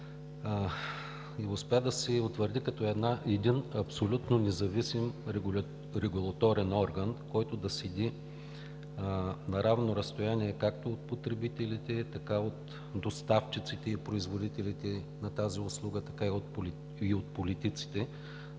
и успя да се утвърди като един абсолютно независим регулаторен орган, който да седи на равно разстояние както от потребителите, така от доставчиците и производителите на тази услуга, така и от политиците.